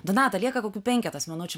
donata lieka kokių penketas minučių